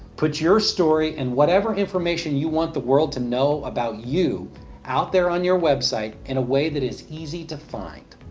put your story and whatever information you want the world to know about you out on your web site in a way that is easy to find.